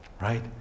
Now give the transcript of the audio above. right